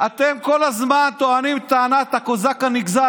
אתם כל הזמן טוענים את טענת הקוזק הנגזל.